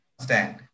stand